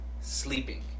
sleeping